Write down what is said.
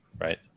right